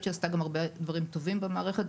שהיא עשתה גם הרבה דברים טובים במערכת.